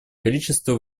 количества